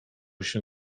się